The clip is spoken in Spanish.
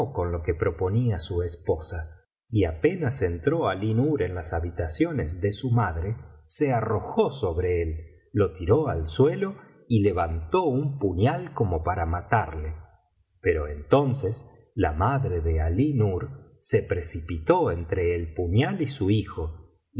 con lo que proponía su esposa y apenas entró alí nur en las habitaciones de su madre se arrojó sobre él lo tiró al suelo y le vantó un puñal como para matarle pero entonces la madre de alí nur se precipitó entre el puñal y su hijo